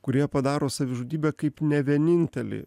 kurie padaro savižudybę kaip ne vienintelį